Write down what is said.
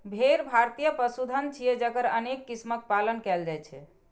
भेड़ भारतीय पशुधन छियै, जकर अनेक किस्मक पालन कैल जाइ छै